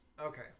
okay